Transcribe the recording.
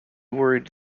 worried